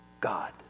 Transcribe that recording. God